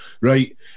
right